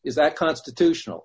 is that constitutional